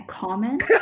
comment